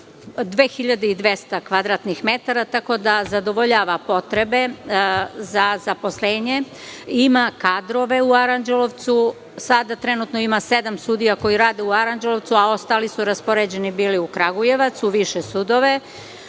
2.200 kvadratnih metara, tako da zadovoljava potrebe za zaposlenjem. Ima kadrove u Aranđelovcu. Sada trenutno ima sedam sudija koji rade u Aranđelovcu, a ostali su bili raspoređeni u Kragujevac, u više sudove.